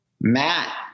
matt